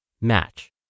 Match